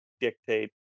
dictate